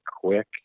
quick